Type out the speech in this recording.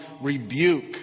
rebuke